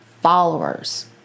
followers